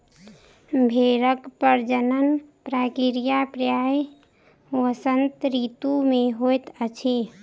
भेड़क प्रजनन प्रक्रिया प्रायः वसंत ऋतू मे होइत अछि